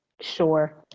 sure